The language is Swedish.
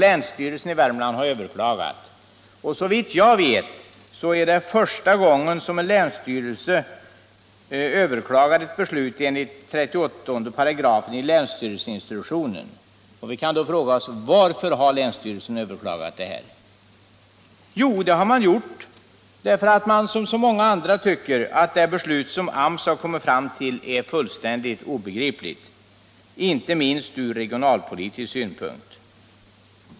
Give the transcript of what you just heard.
Länsstyrelsen i Värmland har överklagat beslutet. Såvitt jag vet är det första gången som en länsstyrelse överklagar ett beslut enligt 38 § länsstyrelseinstruktionen. Vi kan därför fråga oss: Varför har länsstyrelsen överklagat? Det har länsstyrelsen gjort därför att den som så många andra tycker att det beslut som AMS kommit fram till är fullständigt obegripligt, inte minst ur regionalpolitisk synpunkt.